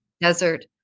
desert